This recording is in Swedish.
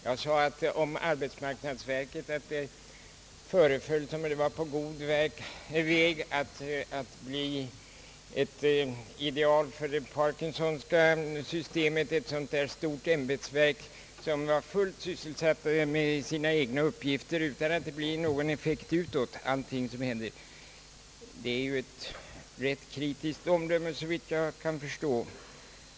Jag sade om arbetsmarknadsverket, att det föreföll som om det var på god väg att bli ett ideal för det Parkinsonska systemet, ett sådant där stort ämbetsverk som är fullt sysselsatt med sina egna uppgifter utan att det blir någon effekt utåt. Det är ju ett rätt kritiskt omdöme såvitt jag kan förstå.